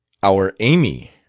our amy,